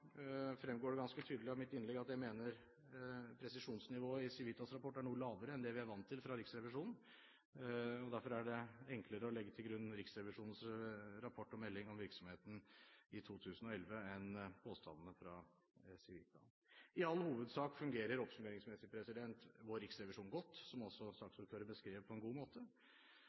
fremgår det ganske tydelig av mitt innlegg at jeg mener presisjonsnivået i Civitas rapport er noe lavere enn det vi er vant til fra Riksrevisjonen. Derfor er det enklere å legge til grunn Riksrevisjonens rapport og melding om virksomheten i 2011 enn påstandene fra Civita. I all hovedsak fungerer, oppsummeringsmessig, vår riksrevisjon godt, som saksordføreren beskrev på en god måte.